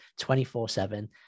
24-7